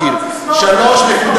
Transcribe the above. לא קרא אותו.